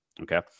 Okay